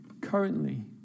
Currently